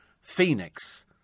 Phoenix